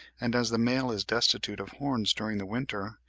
and as the male is destitute of horns during the winter,